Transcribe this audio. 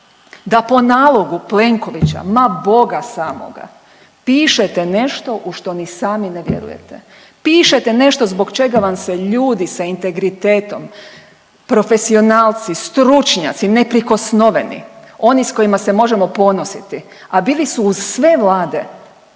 da po nalogu Plenkovića ma Boga samoga pišete nešto u što ni sami ne vjerujete, pišete nešto zbog čega vam se ljudi sa integritetom, profesionalci, stručnjaci, neprikosnoveni oni s kojima se možemo ponositi, a bili su uz sve vlade,